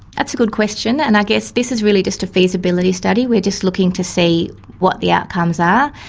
that's a good question, and i guess this is really just a feasibility study. we're just looking to see what the outcomes are.